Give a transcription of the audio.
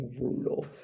Brutal